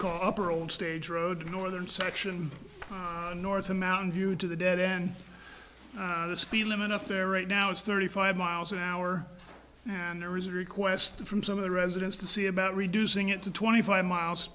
call upper old stage road northern section north amount due to the debt in the speed limit up there right now it's thirty five miles an hour and there is a request from some of the residents to see about reducing it to twenty five miles